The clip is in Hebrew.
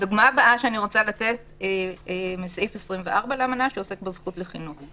הדוגמה הבאה היא סעיף 24 לאמנה שעוסק בזכות לחינוך.